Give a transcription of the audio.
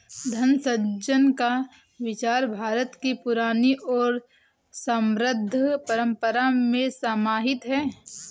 धन सृजन का विचार भारत की पुरानी और समृद्ध परम्परा में समाहित है